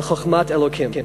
על חוכמת אלוקים.